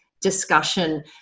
discussion